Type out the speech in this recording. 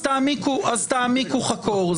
אז תעמיקו חקור.